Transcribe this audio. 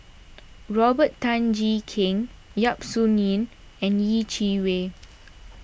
Robert Tan Jee Keng Yap Su Yin and Yeh Chi Wei